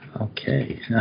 okay